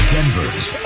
Denver's